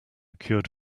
cured